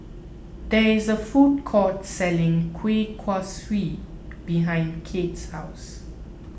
there is a food court selling Kueh Kaswi behind Kate's house